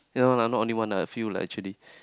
yea loh no only one lah few lah actually